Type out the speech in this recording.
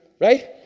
right